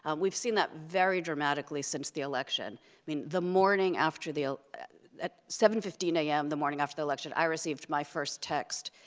and we've seen that very dramatically since the election. i mean, the morning after the ah the seven fifteen a m, the morning after the election, i received my first text,